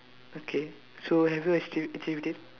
okay so have you watched